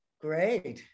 Great